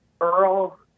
Earl